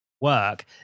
work